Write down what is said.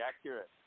accurate